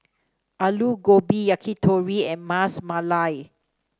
Alu Gobi Yakitori and Ras Malai